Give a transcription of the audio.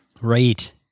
Right